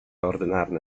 ordynarny